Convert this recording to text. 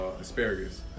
asparagus